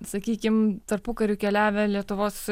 sakykim tarpukariu keliavę lietuvos